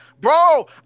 Bro